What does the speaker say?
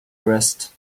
arrest